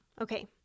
Okay